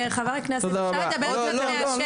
חבר הכנסת אפשר לדבר מהשטח.